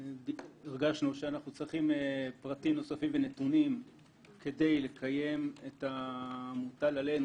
שהרגשנו שאנחנו צריכים פרטים נוספים ונתונים כדי לקיים את המוטל עלינו,